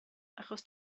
achos